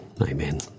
amen